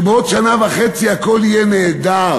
שבעוד שנה וחצי הכול יהיה נהדר.